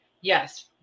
yes